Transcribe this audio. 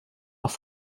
nach